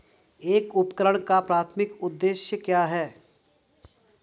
एक उपकरण का प्राथमिक उद्देश्य क्या है?